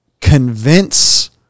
convince